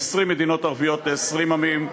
20 מדינות ערביות ל-20 עמים,